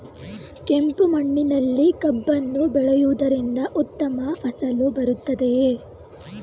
ಕೆಂಪು ಮಣ್ಣಿನಲ್ಲಿ ಕಬ್ಬನ್ನು ಬೆಳೆಯವುದರಿಂದ ಉತ್ತಮ ಫಸಲು ಬರುತ್ತದೆಯೇ?